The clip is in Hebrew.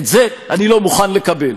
את זה אני לא מוכן לקבל.